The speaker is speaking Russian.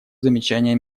замечание